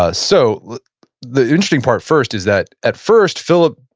ah so like the interesting part first is that, at first, philip,